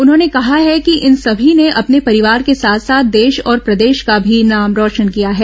उन्होंने कहा है कि इन समी ने अपने परिवार के साथ साथ देश और प्रदेश का नाम भी रौशन किया है